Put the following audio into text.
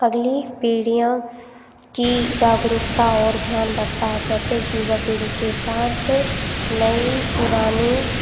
अगली पीढ़ियाँ की जागरूकता और ज्ञान बढ़ता है प्रत्येक युवा पीढ़ी के साथ नई पुरानी